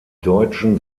deutschen